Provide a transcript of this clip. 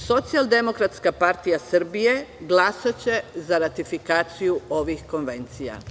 Socijaldemokratska partija Srbije glasaće za ratifikaciju ovih konvencija.